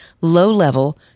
low-level